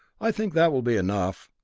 i think that will be enough.